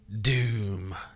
Doom